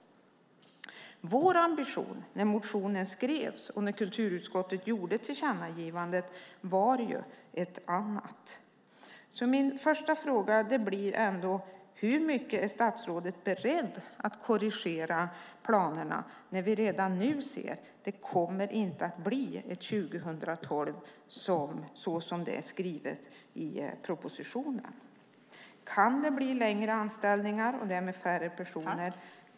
Vår ambition när motionen skrevs och när kulturutskottet gjorde tillkännagivandet var ett annat. Därför vill jag fråga: Hur mycket är statsrådet beredd att korrigera planerna när vi redan nu ser att det inte kommer att bli ett 2012 såsom det är skrivet i propositionen? Kan det bli längre anställningar och därmed färre personer?